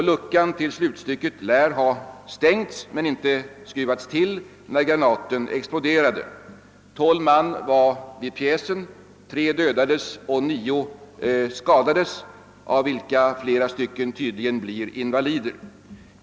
Luckan till slutstycket lär ha stängts men inte skruvats till när granaten exploderade. Tolv man befann sig vid pjäsen — tre dödades och nio skadades, som jag nämnde, och av de skadade torde flera bli invalider.